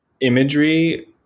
imagery